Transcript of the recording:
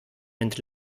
entre